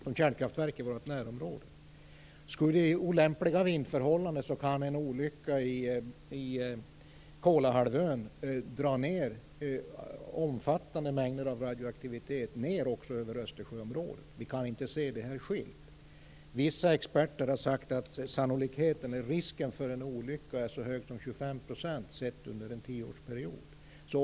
Skulle det bli olämpliga vindförhållanden kan en olycka på Kolahalvön innebära att omfattande mängder av radioaktivitet dras ned också över Östersjöområdet. Vi kan inte se detta ske. Vissa experter har sagt att risken för en olycka är så stor som 25 %, sett under en tioårsperiod.